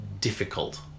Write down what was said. difficult